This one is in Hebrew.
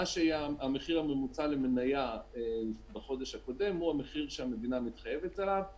מה שהיה המחיר הממוצע למניה בחוד הקודם הוא המחיר שהמדינה מתחייבת עליו.